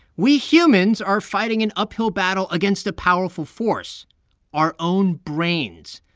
we humans are fighting an uphill battle against a powerful force our own brains.